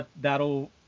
that'll